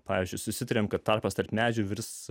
pavyzdžiui susitarėme kad tarpas tarp medžių virs